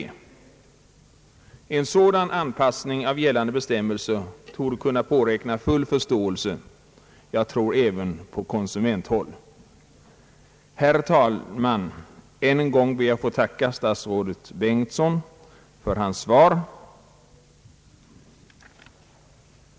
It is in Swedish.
En sådan anpassning av gällande bestämmelser torde kunna påräkna full förståelse även på konsumenthåll. Herr talman! Än en gång ber jag att få tacka statsrådet Bengtsson för hans svar på min fråga.